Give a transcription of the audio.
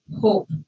hope